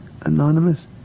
anonymous